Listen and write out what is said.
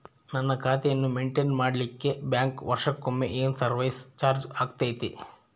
ನನ್ನ ಖಾತೆಯನ್ನು ಮೆಂಟೇನ್ ಮಾಡಿಲಿಕ್ಕೆ ಬ್ಯಾಂಕ್ ವರ್ಷಕೊಮ್ಮೆ ಏನು ಸರ್ವೇಸ್ ಚಾರ್ಜು ಹಾಕತೈತಿ?